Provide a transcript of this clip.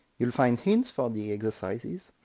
you'll find hints for the exercises,